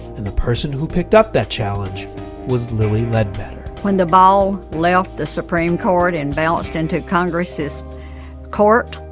and the person who picked up that challenge was lilly ledbetter. when the ball left the supreme court and bounced into congress's court,